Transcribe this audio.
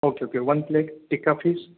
okay okay one plate tikka fish